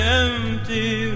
empty